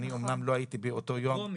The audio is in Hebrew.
אני אמנם לא הייתי באותו יום.